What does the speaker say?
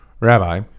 Rabbi